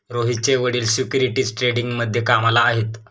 रोहितचे वडील सिक्युरिटीज ट्रेडिंगमध्ये कामाला आहेत